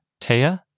Taya